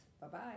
bye-bye